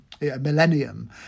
millennium